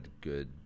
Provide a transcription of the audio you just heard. good